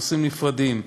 נושאים נפרדים: